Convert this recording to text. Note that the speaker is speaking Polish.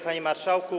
Panie Marszałku!